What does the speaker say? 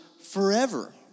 forever